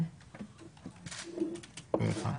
פה אחד.